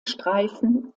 streifen